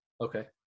Okay